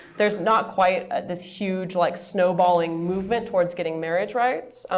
there's not quite this huge like snowballing movement towards getting marriage rights.